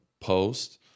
post